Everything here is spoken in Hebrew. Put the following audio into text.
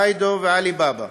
באידו ועליבאבא,